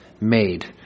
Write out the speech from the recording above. made